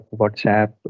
WhatsApp